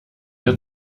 dir